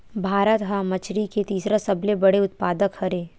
भारत हा मछरी के तीसरा सबले बड़े उत्पादक हरे